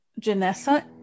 Janessa